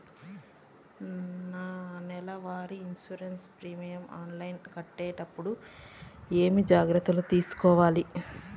నా నెల వారి ఇన్సూరెన్సు ప్రీమియం ఆన్లైన్లో కట్టేటప్పుడు ఏమేమి జాగ్రత్త లు తీసుకోవాలి?